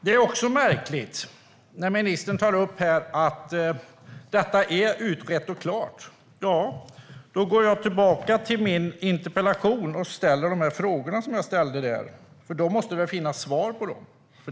Det är också märkligt att ministern tar upp att detta är utrett och klart. Då går jag tillbaka till min interpellation och ställer frågorna som jag ställde där, för då måste det finnas svar på dem.